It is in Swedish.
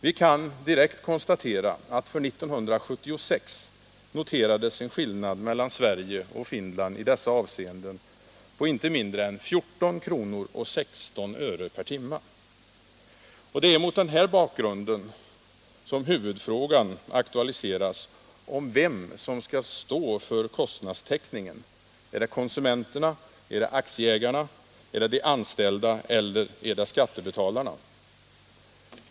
Vi kan direkt konstatera att för 1976 noterades en skillnad mellan Sverige och Finland i dessa avseenden på inte mindre än 14:16 kr. per timme. Mot den här bakgrunden aktualiseras huvudfrågan: Vem skall stå för kostnadstäckningen — konsumenterna, aktieägarna, de anställda eller skattebetalarna?